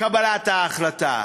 קבלת ההחלטה,